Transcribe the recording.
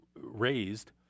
raised